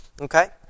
Okay